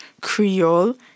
Creole